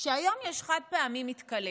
שהיום יש חד-פעמי מתכלה.